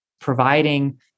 providing